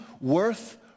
worth